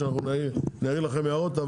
כדי שאנחנו נעיר לכם הערות.